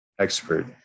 Expert